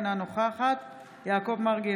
אינה נוכחת יעקב מרגי,